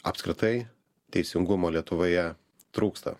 apskritai teisingumo lietuvoje trūksta